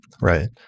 Right